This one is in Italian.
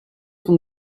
con